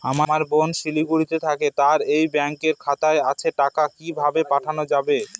আমার বোন শিলিগুড়িতে থাকে তার এই ব্যঙকের খাতা আছে টাকা কি ভাবে পাঠানো যাবে?